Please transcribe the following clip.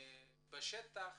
בשטח,